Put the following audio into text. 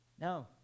no